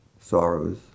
sorrows